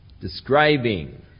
Describing